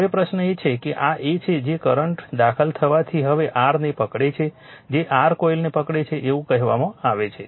હવે પ્રશ્ન એ છે કે આ એ છે કે કરંટ દાખલ થવાથી હવે r ને પકડે છે જે r કોઇલને પકડે છે એવું કહેવામાં આવે છે